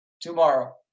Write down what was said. tomorrow